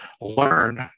learn